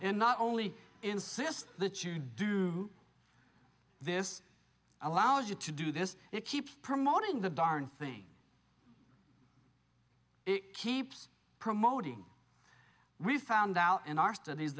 and not only insist that you do this allows you to do this it keeps promoting the darn thing it keeps promoting we found out in our studies